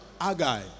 Agai